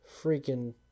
freaking